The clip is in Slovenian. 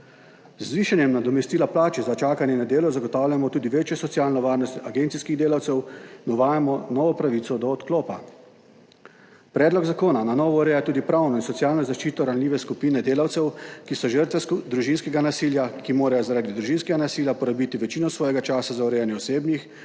Z zvišanjem nadomestila plače za čakanje na delo zagotavljamo tudi večjo socialno varnost agencijskih delavcev in uvajamo novo pravico do odklopa. Predlog zakona na novo ureja tudi pravno in socialno zaščito ranljive skupine delavcev, ki so žrtve družinskega nasilja, ki morajo zaradi družinskega nasilja porabiti večino svojega časa za urejanje osebnih,